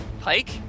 Pike